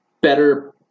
better